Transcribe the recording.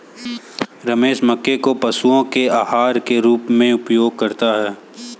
रमेश मक्के को पशुओं के आहार के रूप में उपयोग करता है